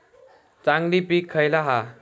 चांगली पीक खयला हा?